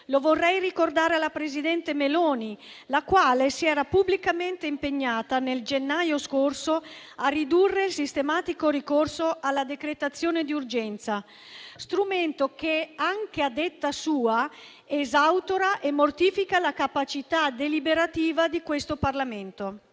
Lo vorrei ricordare alla presidente Meloni, la quale si era pubblicamente impegnata, nel gennaio scorso, a ridurre il sistematico ricorso alla decretazione d'urgenza, strumento che - anche a detta sua - esautora e mortifica la capacità deliberativa del Parlamento.